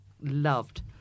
loved